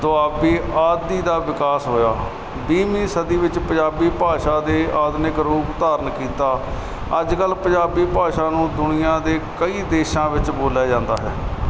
ਦੁਆਬੀ ਆਦੀ ਦਾ ਵਿਕਾਸ ਹੋਇਆ ਵੀਹ ਵੀਂ ਸਦੀ ਵਿੱਚ ਪੰਜਾਬੀ ਭਾਸ਼ਾ ਦੇ ਆਧੁਨਿਕ ਰੂਪ ਧਾਰਨ ਕੀਤਾ ਅੱਜ ਕੱਲ ਪੰਜਾਬੀ ਭਾਸ਼ਾ ਨੂੰ ਦੁਨੀਆਂ ਦੇ ਕਈ ਦੇਸ਼ਾਂ ਵਿੱਚ ਬੋਲਿਆ ਜਾਂਦਾ ਹੈ